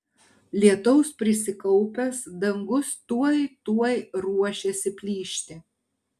lietaus prisikaupęs dangus tuoj tuoj ruošėsi plyšti